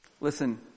listen